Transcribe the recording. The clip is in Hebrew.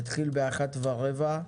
יתחיל ב-13:15,